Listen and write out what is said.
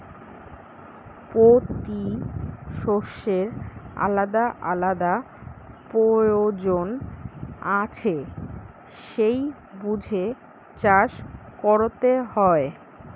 পোতি শষ্যের আলাদা আলাদা পয়োজন আছে সেই বুঝে চাষ কোরতে হয়